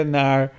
naar